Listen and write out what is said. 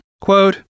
quote